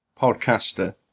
podcaster